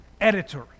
editor